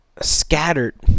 scattered